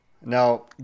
Now